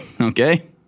Okay